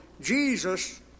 Jesus